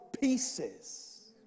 pieces